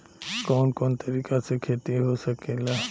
कवन कवन तरीका से खेती हो सकेला